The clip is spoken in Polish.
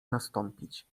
nastąpić